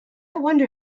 wonder